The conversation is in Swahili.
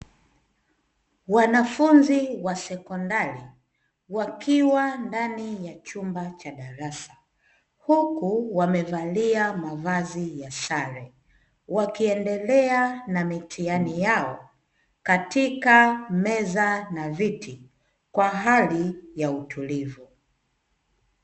Wanafunzi wa sekondari wakiwa ndani ya chumba cha darasa, huku wamevalia mavazi ya sare, wakiendelea na mitihani yao katika meza na viti kwa hali ya utulivu.